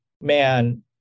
man